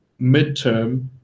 midterm